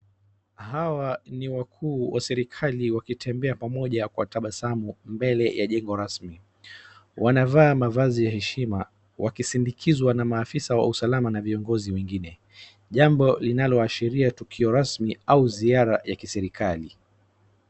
Hawa ni wakuu wa serikali wakitembea pamoja kwa tabasamu wakitembea mbele ya mjengo rasmi.